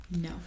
No